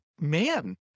Man